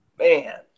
Man